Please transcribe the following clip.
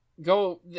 go